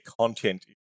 content